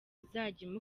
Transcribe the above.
izajya